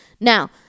Now